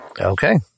Okay